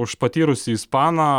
už patyrusį ispaną